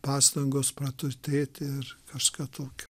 pastangos praturtėti ir kažką tokio